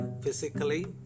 physically